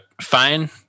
fine